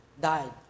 died